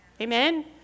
amen